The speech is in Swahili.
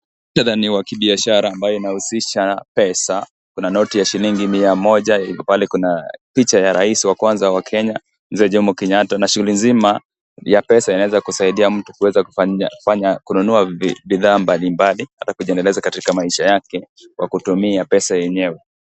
Mkutadha ni wa kibiashara ambayo unahusisha pesa kuna noti ya shilingi mia moja pale kuna picha ya rais wa kwanza wa Kenya mzee Jomo Kenyatta na shule nzima ya inaweza kusaidia mtu kufanya kununua bidhaa mbalimbali katika kujiendelesha katika maisha yake kwa kutumia pesa yenyewe.